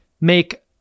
make